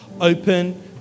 open